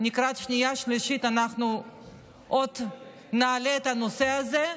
לקראת שנייה ושלישית עוד נעלה את הנושא הזה,